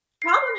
problem